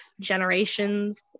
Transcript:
generations